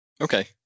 Okay